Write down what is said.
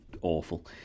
awful